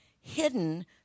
hidden